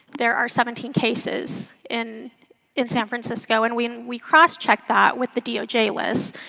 there are seventeen cases in in san francisco. and we and we cross checked that with the d doj list.